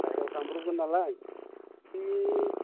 बाहेराव थांब्र'बगोन नालाय नों